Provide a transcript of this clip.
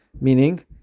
meaning